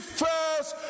first